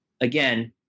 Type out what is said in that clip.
again